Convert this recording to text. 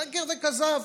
שקר וכזב.